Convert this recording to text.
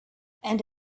and